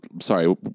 sorry